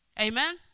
Amen